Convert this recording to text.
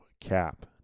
cap